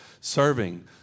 serving